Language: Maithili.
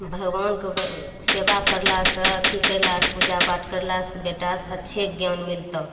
भगवानके सेवा करलासँ अथी करलासँ पूजापाठ करलासँ बेटा अच्छे ज्ञान मिलतौ